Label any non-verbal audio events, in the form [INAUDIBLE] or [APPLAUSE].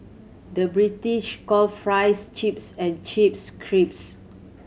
the British call fries chips and chips [UNINTELLIGIBLE]